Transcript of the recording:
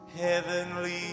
Heavenly